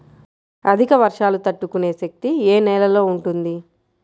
అధిక వర్షాలు తట్టుకునే శక్తి ఏ నేలలో ఉంటుంది?